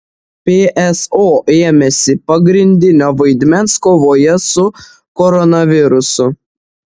pso ėmėsi pagrindinio vaidmens kovoje su koronavirusu